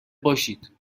باشید